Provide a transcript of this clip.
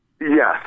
Yes